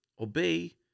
Obey